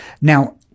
Now